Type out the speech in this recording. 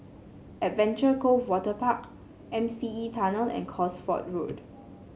Adventure Cove Waterpark M C E Tunnel and Cosford Road